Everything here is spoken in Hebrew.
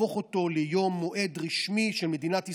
להפוך אותו ליום מועד רשמי של מדינת ישראל.